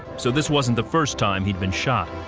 so this wasn't the first time he had been shot.